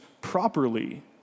properly